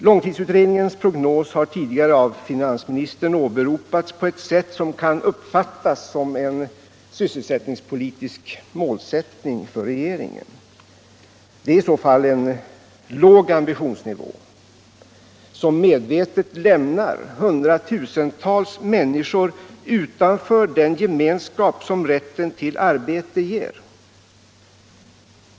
Långtidsutredningens prognos har tidigare av finansministern åberopats på ett sätt som kan uppfattas som en sysselsättningspolitisk målsättning för regeringen. Det är i så fall en låg ambitionsnivå. Den innebär att man medvetet lämnar hundratusentals människor utanför den gemenskap som rätten till arbete ger.